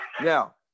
Now